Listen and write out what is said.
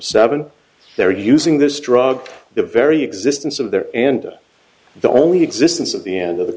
seven they're using this drug the very existence of there and the only existence of the end of the